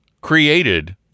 created